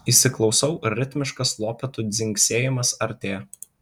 įsiklausau ritmiškas lopetų dzingsėjimas artėja